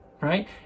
right